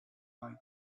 night